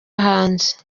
hanze